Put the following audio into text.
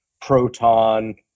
proton